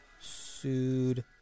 sued